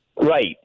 Right